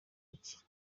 iki